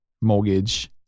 mortgage